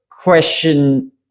question